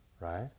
right